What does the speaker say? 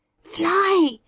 Fly